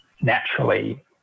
naturally